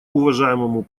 уважаемому